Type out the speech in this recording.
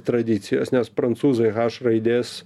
tradicijos nes prancūzai haš raidės